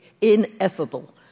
ineffable